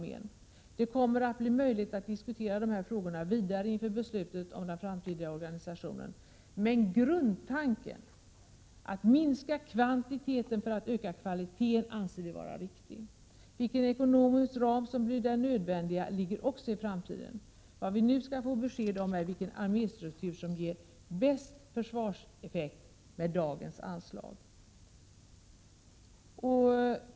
1987/88:131 ges möjlighet att diskutera dessa frågor vidare inför beslutet om den framtida organisationen, men grundtanken att minska kvantiteten för att öka kvaliteten anser vi vara riktig. Vilken ekonomisk ram som blir nödvändig är en fråga för framtiden. Vi väntar nu på besked om vilken arméstruktur som ger bäst försvarseffekt med bibehållet anslag.